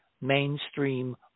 mainstream